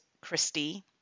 Christie